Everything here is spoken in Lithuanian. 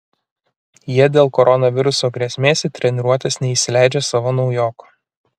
jie dėl koronaviruso grėsmės į treniruotes neįsileidžia savo naujoko